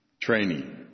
training